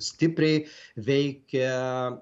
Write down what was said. stipriai veikia